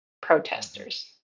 protesters